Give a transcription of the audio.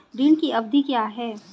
ऋण की अवधि क्या है?